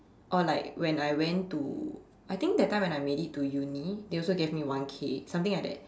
or like when I went to uni I think that time when I made it to uni they also gave me one K something like that